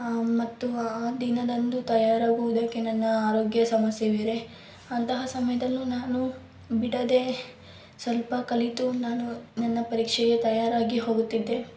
ಮತ್ತು ಆ ದಿನದಂದು ತಯಾರಾಗುವುದಕ್ಕೆ ನನ್ನ ಆರೋಗ್ಯ ಸಮಸ್ಯೆ ಬೇರೆ ಅಂತಹ ಸಮಯದಲ್ಲೂ ನಾನು ಬಿಡದೇ ಸ್ವಲ್ಪ ಕಲಿತು ನಾನು ನನ್ನ ಪರೀಕ್ಷೆಗೆ ತಯಾರಾಗಿ ಹೋಗುತ್ತಿದ್ದೆ